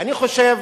ואני חושב